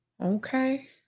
Okay